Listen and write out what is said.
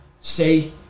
say